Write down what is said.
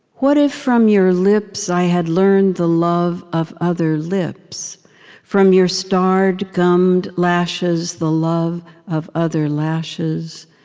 what if from your lips i had learned the love of other lips from your starred, gummed lashes the love of other lashes,